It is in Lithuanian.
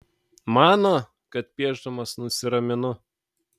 mano kad piešdamas nusiraminu